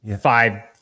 five